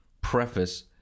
preface